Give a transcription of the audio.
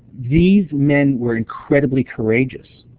these men were incredibly courageous.